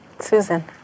Susan